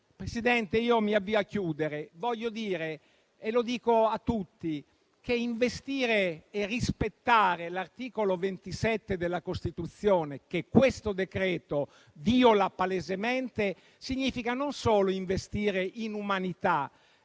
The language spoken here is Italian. Presidente, mi avvio a chiudere: voglio dire - e lo dico a tutti - che investire e rispettare l'articolo 27 della Costituzione, che questo decreto-legge viola palesemente, significa non solo investire in umanità